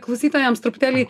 klausytojams truputėlį